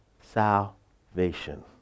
salvation